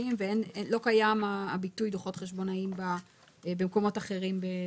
כספיים ולא קיים הדיון דוחות חשבונאיים במקומות אחרים בחקיקה.